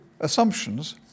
assumptions